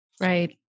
Right